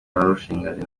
warushinganye